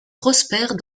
prospères